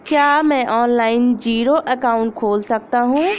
क्या मैं online zero account खोल सकता हूँ?